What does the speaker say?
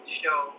show